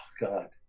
God